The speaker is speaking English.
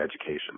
education